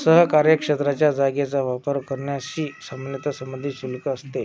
सहकार्यक्षेत्राच्या जागेचा वापर करण्याशी सामान्यतः संबंधित शुल्क असते